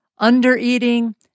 undereating